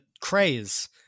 craze